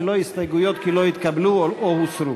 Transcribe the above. ללא הסתייגויות כי הן לא התקבלו, או הוסרו.